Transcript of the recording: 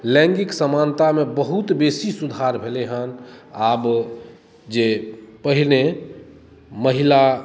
लैङ्गिक समानतामे बहुत बेसी सुधार भेलै हेँ आब जे पहिने महिला